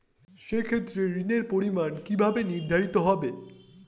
সে ক্ষেত্রে ঋণের পরিমাণ কিভাবে নির্ধারিত হবে?